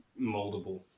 moldable